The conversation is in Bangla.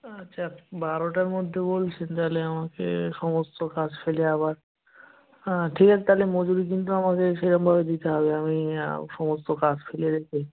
আচ্ছা বারোটার মধ্যে বলছেন তালে আমাকে সমস্ত কাজ ফেলে আবার ঠিক আছে তালে মজুরি কিন্তু আমাকে সেইরকমভাবে দিতে হবে আমি সমস্ত কাজ ফেলে রেখে